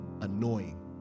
annoying